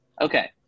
Okay